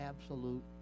absolute